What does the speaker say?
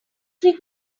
free